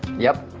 yep.